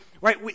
right